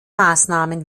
maßnahmen